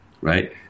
right